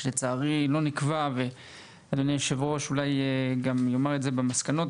שלצערי לא נקבע ואדוני היו"ר גם יאמר את זה במסקנות,